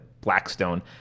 Blackstone